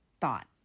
thought